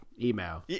email